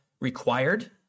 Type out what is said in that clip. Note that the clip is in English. required